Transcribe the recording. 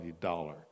dollar